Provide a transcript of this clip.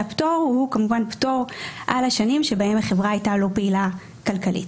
שהפטור הוא כמובן פטור על השנים שבהם החברה הייתה לא פעילה כלכלית